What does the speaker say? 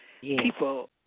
people